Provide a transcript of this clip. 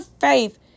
faith